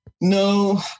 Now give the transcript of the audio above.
No